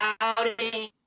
outing